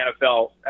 NFL